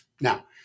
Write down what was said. Now